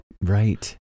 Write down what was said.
Right